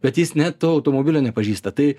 bet jis net to automobilio nepažįsta tai